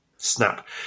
Snap